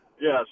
Yes